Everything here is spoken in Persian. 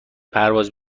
پرواز